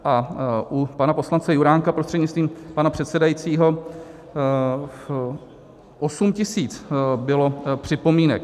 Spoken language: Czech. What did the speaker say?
A u pana poslance Juránka prostřednictvím pana předsedajícího, 8 tisíc bylo připomínek.